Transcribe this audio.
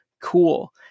Cool